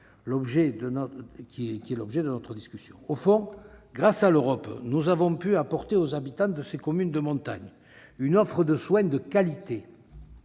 de mon collègue Hervé Marseille. Au fond, grâce à l'Europe, nous avons pu apporter aux habitants de ces communes de montagne une offre de soins de qualité,